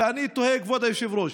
ואני תוהה, כבוד היושב-ראש: